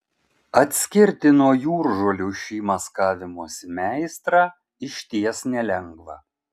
atskirti nuo jūržolių šį maskavimosi meistrą išties nelengva